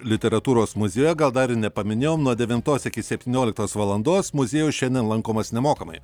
literatūros muziejuje gal dar ir nepaminėjom nuo devintos iki septynioliktos valandos muziejus šiandien lankomas nemokamai